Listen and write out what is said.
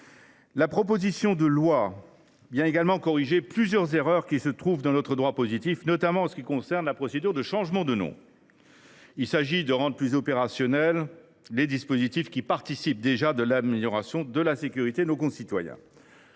La proposition de loi permet également de corriger plusieurs erreurs qui subsistent dans notre droit positif, notamment en ce qui concerne la procédure de changement de nom. Il s’agit de rendre plus opérationnels encore des dispositifs qui participent déjà de l’amélioration de la sécurité de nos concitoyens.